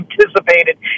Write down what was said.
anticipated